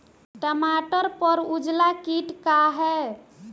टमाटर पर उजला किट का है?